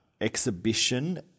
exhibition